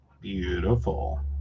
Beautiful